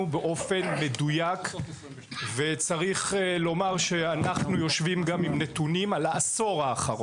באופן מדויק וצריך לומר שאנחנו יושבים גם עם נתונים של העשור האחרון,